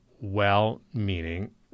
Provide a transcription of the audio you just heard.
well-meaning